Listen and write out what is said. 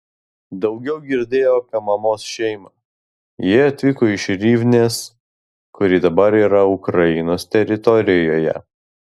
daugiau girdėjau apie mamos šeimą jie atvyko iš rivnės kuri dabar yra ukrainos teritorijoje